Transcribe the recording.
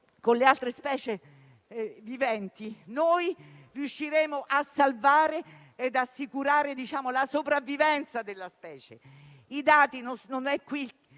con le altre specie viventi riusciremo a salvare e assicurare la sopravvivenza della specie. I dati - non è il